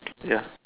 ya